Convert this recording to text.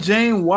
Jane